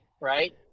right